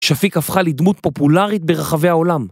שאפיק הפכה לדמות פופולרית ברחבי העולם.